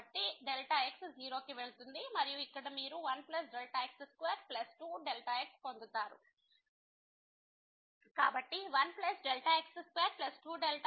కాబట్టి x → 0 మరియు ఇక్కడ మీరు 1x22x పొందుతారు కాబట్టి1x22x1 2